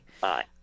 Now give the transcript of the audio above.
Bye